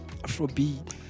Afrobeat